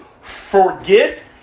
forget